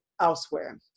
elsewhere